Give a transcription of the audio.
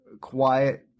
quiet